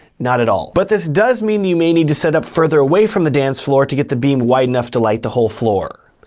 not at all but this does mean that you may need to set up further away from the dance floor to get the beam wide enough to light the whole floor.